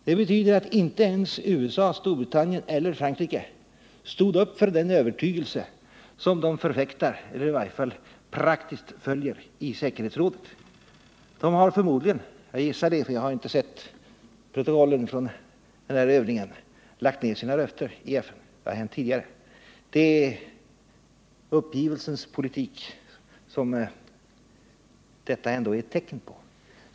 Det betyder att inte ens USA, Storbritannien eller Frankrike stod upp för den övertygelse som de förfäktar i säkerhetsrådet. De har förmodligen —- jag gissar det, för jag har inte sett protokollen — lagt ner sina röster. Det har hänt tidigare. Det är en uppgivelsens politik som detta ändå är ett tecken på.